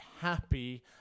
happy